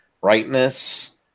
brightness